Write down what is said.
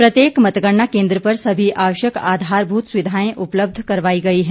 प्रत्येक मतगणना केंद्र पर सभी आवश्यक आधारभूत सुविधायें उपलब्ध करवाई गई है